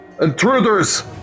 Intruders